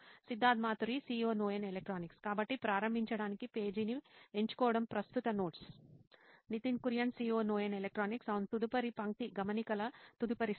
Siddharth Maturi CEO నోయిన్ electronics కాబట్టి ప్రారంభించడానికి పేజీని ఎంచుకోవడం ప్రస్తుత నోట్స్ నితిన్ కురియన్ COO నోయిన్ ఎలక్ట్రానిక్స్ అవును తదుపరి పంక్తి గమనికల తదుపరి సెట్